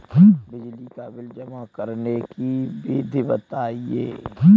बिजली का बिल जमा करने की विधि बताइए?